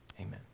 amen